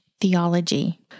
theology